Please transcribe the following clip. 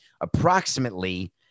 approximately